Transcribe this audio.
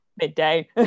midday